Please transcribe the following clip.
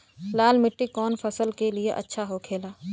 लाल मिट्टी कौन फसल के लिए अच्छा होखे ला?